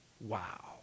Wow